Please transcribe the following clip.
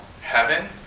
heaven